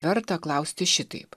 verta klausti šitaip